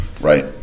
Right